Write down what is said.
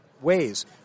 ways